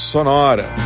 Sonora